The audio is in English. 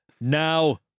now